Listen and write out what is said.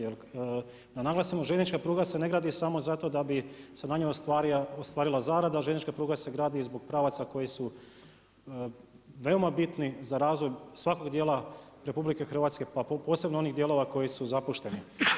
Jer da naglasimo željeznička pruga se ne gradi samo zato da bi se na njoj ostvarila zarada, željeznička pruga se gradi i zbog pravaca koji su veoma bitni za razvoj svakog dijela RH, posebno onih dijelova koji su zapušteni.